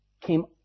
came